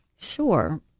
Sure